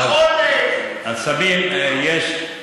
נכון, מירב?